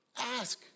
ask